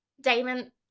Damon